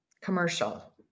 commercial